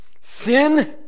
Sin